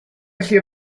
gallu